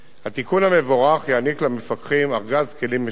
התיקון המבורך יעניק למפקחים ארגז כלים משופר